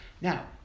Now